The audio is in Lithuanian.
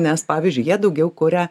nes pavyzdžiui jie daugiau kuria